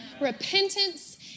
Repentance